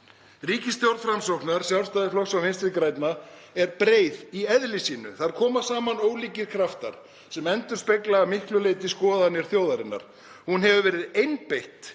Ríkisstjórn framsóknar og Sjálfstæðisflokks og Vinstri grænna er breið í eðli sínu. Þar koma saman ólíkir kraftar sem endurspegla að miklu leyti skoðanir þjóðarinnar. Hún hefur verið einbeitt